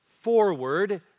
forward